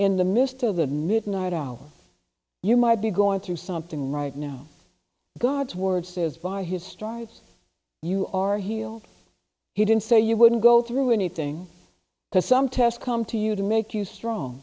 in the midst of the midnight hour you might be going through something right now god's word says by his stripes you are healed he didn't say you wouldn't go through anything to some test come to you to make you strong